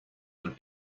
would